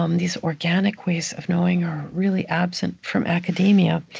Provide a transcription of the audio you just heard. um these organic ways of knowing, are really absent from academia,